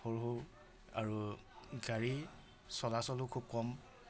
সৰু সৰু আৰু গাড়ী চলাচলো খুব কম